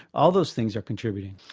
all those things are contributing.